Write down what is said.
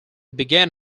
began